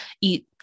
eat